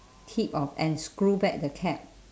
tip of and screw back the cap